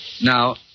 Now